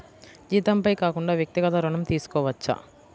జీతంపై కాకుండా వ్యక్తిగత ఋణం తీసుకోవచ్చా?